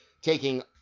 taking